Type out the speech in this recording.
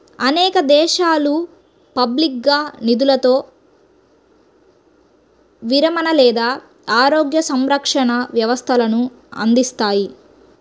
అనేక దేశాలు పబ్లిక్గా నిధులతో విరమణ లేదా ఆరోగ్య సంరక్షణ వ్యవస్థలను అందిస్తాయి